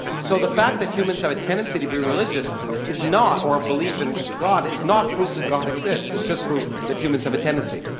so the fact that humans have a tendency to be religious is not or a belief in god is not proof that god exists. it's just proof that humans have a tendency.